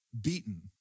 beaten